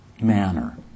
Manner